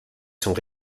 sont